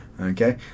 Okay